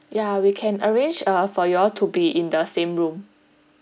ya we can arrange uh for you all to be in the same room